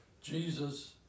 Jesus